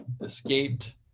escaped